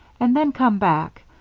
and then come back.